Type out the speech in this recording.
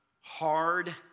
hard